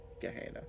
Gehenna